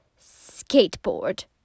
skateboard